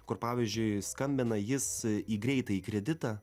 kur pavyzdžiui skambina jis į greitąjį kreditą